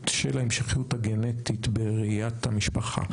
של ההמשכיות הגנטית בראיית המשפחה.